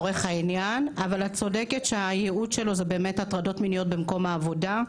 אבל את צודקת שהייעוד שלו זה הטרדות מיניות במקום העבודה.